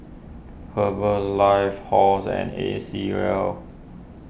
Herbalife Halls and A C Well